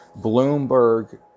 Bloomberg